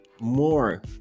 more